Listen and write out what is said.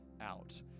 out